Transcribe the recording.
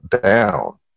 down